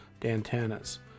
Dantana's